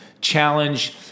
challenge